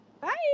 Bye